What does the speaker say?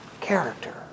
character